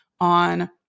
on